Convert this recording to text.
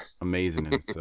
amazing